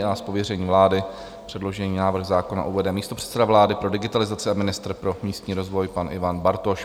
Z pověření vlády předložený návrh zákona uvede místopředseda vlády pro digitalizaci a ministr pro místní rozvoj, pan Ivan Bartoš.